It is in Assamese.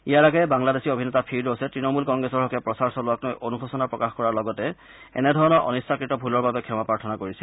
ইয়াৰ আগেয়ে বাংলাদেশী অভিনেতা ফিৰডোছে তণমূল কংগ্ৰেছৰ হকে প্ৰচাৰ চলোৱাকলৈ অনুশোচনা প্ৰকাশ কৰাৰ লগতে এনেধৰণৰ অনিচ্ছাকৃত ভূলৰ বাবে ক্ষমা প্ৰাৰ্থনা কৰিছিল